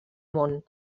món